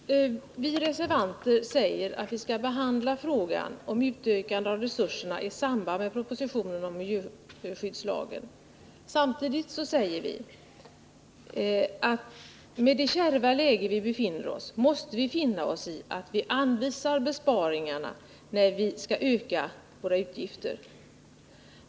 Herr talman! Vi reservanter säger att vi skall behandla frågan om ökning av resurserna i samband med propositionen om miljöskyddslagen. Samtidigt säger vi att med det kärva läge vi befinner oss i måste vi finna oss i att anvisa besparingar när vi skall öka våra utgifter.